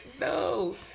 no